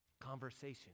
conversation